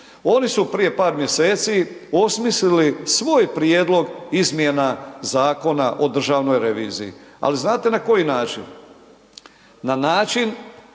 Oni su prije par mjeseci osmislili svoj prijedlog izmjena Zakona o državnoj reviziji, ali znate na koji način, na način